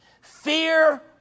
fear